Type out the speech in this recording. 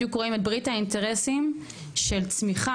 בדיוק רואים את ברית האינטרסים של צמיחה,